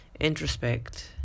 introspect